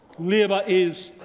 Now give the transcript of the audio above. labour is,